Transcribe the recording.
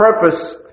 purpose